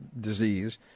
disease